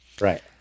Right